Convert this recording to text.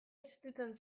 existitzen